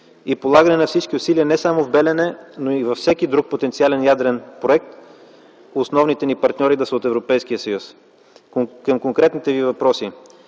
и полагане на всички усилия не само в „Белене”, но и във всеки друг потенциален ядрен проект основните ни партньори да са от Европейския съюз. Към конкретните Ви въпроси.